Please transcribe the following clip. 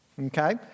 Okay